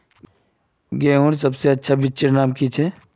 गेहूँर सबसे अच्छा बिच्चीर नाम की छे?